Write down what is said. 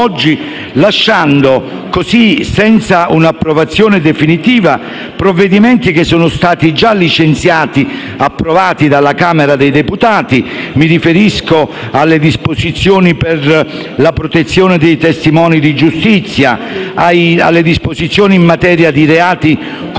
oggi a lasciare senza un'approvazione definitiva provvedimenti già licenziati, approvati dalla Camera dei deputati. Mi riferisco alle disposizioni per la protezione dei testimoni di giustizia; alle disposizioni in materia di reati contro il